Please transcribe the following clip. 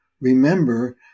Remember